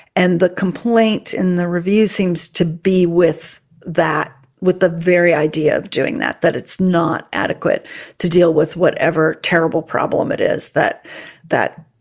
and the complaint in the reviews seems to be with that, with the very idea of doing that, that it's not adequate to deal with whatever terrible problem it is that that